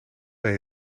bij